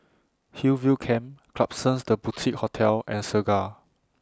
Hillview Camp Klapsons The Boutique Hotel and Segar